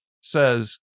Says